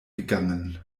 gegangen